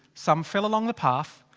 some fell along the path.